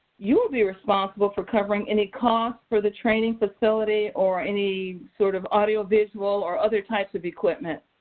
you will be responsible for covering any cost for the training facility, or any, sort of, audiovisual or other types of equipment.